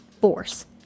force